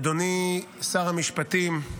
אני מתבייש, אדוני שר המשפטים,